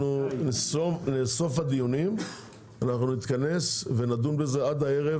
בסוף הדיונים אנחנו נתכנס ונדון בזה עד הערב,